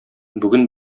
бүген